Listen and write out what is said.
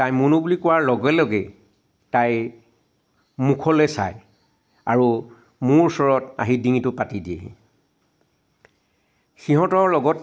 তাই মুনু বুলি কোৱাৰ লগে লগেই তাই মুখলৈ চায় আৰু মোৰ ওচৰত আহি ডিঙিটো পাতি দিয়েহি সিহঁতৰ লগত